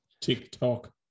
TikTok